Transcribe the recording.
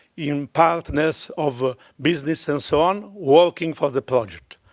you know partners of ah business and so on, working for the project.